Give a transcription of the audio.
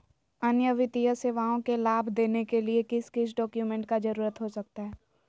अन्य वित्तीय सेवाओं के लाभ लेने के लिए किस किस डॉक्यूमेंट का जरूरत हो सकता है?